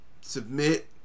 submit